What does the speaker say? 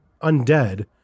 undead